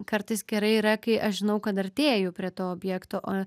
kartais gerai yra kai aš žinau kad artėju prie to objekto o